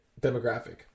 demographic